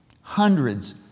Hundreds